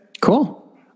cool